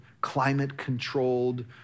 climate-controlled